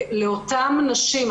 לאותן נשים.